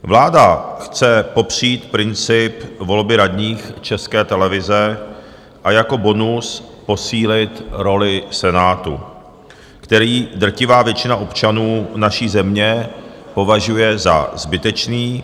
Vláda chce popřít princip volby radních České televize a jako bonus posílit roli Senátu, který drtivá většina občanů naší země považuje za zbytečný.